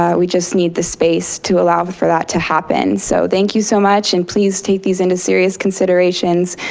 um we just need the space to allow for that to happen. so thank you so much and please take these into serious considerations.